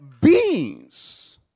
beings